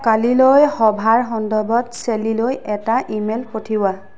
কালিলৈ সভাৰ সন্দৰ্ভত ছেল্লীলৈ এটা ইমেইল পঠিওৱা